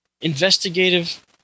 investigative